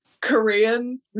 Korean